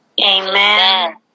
amen